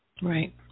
Right